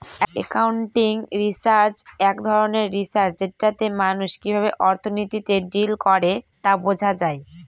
accounting research এক ধরনের research যেটাতে মানুষ কিভাবে অর্থনীতিতে ডিল করে তা বোঝা যায়